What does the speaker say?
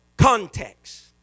Context